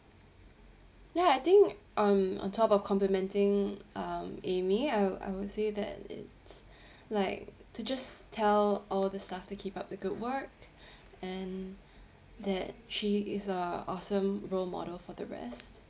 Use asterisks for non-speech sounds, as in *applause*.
ya I think on on top of complementing um amy I I would say that it's *breath* like to just tell all the staff to keep up the good work *breath* and that she is a awesome role model for the rest